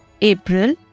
April